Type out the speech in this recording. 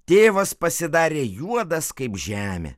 tėvas pasidarė juodas kaip žemė